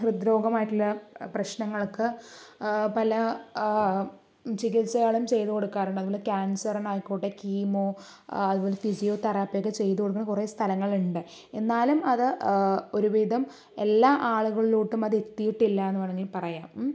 ഹൃദ്രോഗമായിട്ടുള്ള പ്രശ്നങ്ങൾക്ക് പല ചികിത്സകളും ചെയ്തു കൊടുക്കാറുണ്ട് അതുപോലെ ക്യാൻസറിനായിക്കോട്ടെ കീമോ അതുപോലെ ഫിസിയോ തെറാപ്പി ഒക്കെ ചെയ്തു കൊടുക്കണ കുറേ സ്ഥലങ്ങളുണ്ട് എന്നാലും അത് ഒരു വിധം എല്ലാ ആളുകളിലോട്ടും അത് എത്തിയിട്ടില്ലായെന്ന് വേണമെങ്കിൽ പറയാം മ്